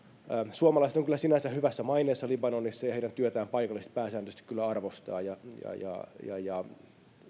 suomalaiset ovat kyllä sinänsä hyvässä maineessa libanonissa ja heidän työtään paikalliset pääsääntöisesti kyllä arvostavat ja ja